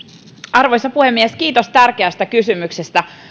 arvoisa puhemies kiitos tärkeästä kysymyksestä